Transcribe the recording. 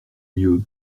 mieux